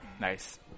Nice